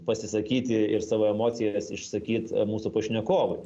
pasisakyti ir savo emocijas išsakyt mūsų pašnekovui